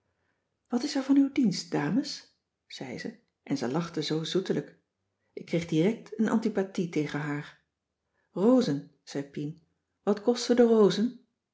wat is er van uw dienst dames zei ze en ze lachte zoo zoetelijk ik kreeg direct een antipathie tegen haar rozen zei pien wat kosten de rozen